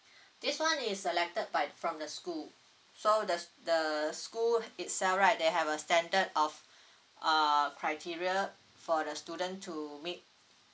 this one is selected by from the school so the the school itself right they have a standard of uh criteria for the student to meet